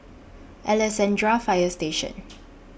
Alexandra Fire Station